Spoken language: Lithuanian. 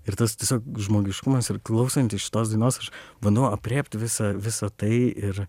ir tas tiesiog žmogiškumas ir klausantis šitos dainos aš bandau aprėpt visa visa tai ir